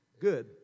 Good